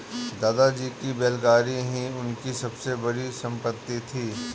दादाजी की बैलगाड़ी ही उनकी सबसे बड़ी संपत्ति थी